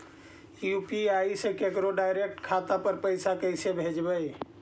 UPI से केकरो direct खाता पर पैसा कैसे भेजबै?